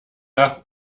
nach